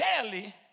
daily